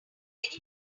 have